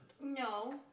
No